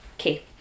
okay